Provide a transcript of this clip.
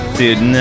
dude